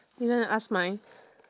you going to ask mine